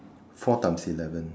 four times eleven